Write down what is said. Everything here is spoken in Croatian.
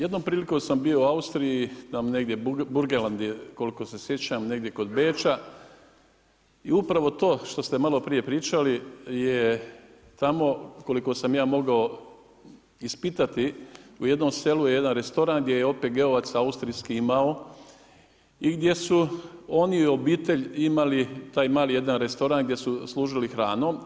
Jednom prilikom sam bio u Austriji, tamo negdje burgeland je koliko se sjećam negdje kod Beča i upravo to što ste malo prije pričali je tamo koliko sam ja mogao ispitati u jednom selu jedan restoran gdje je OPG-ovac austrijski imao i gdje su oni i obitelj imali taj mali jedan restoran gdje su služili hranom.